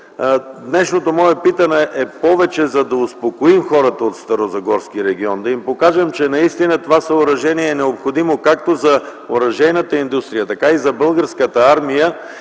Днешното мое питане е повече за да успокоим хората от старозагорския регион, да им покажем, че наистина това съоръжение е необходимо както за оръжейната индустрия, така и за Българската армия.